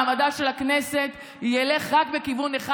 מעמדה של הכנסת ילך רק בכיוון אחד,